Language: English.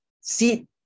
seed